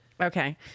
Okay